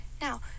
Now